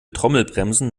trommelbremsen